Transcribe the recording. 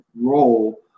role